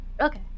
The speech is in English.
okay